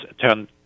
turn